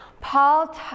paul